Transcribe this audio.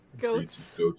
goats